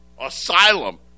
Asylum